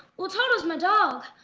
well toto's my dog.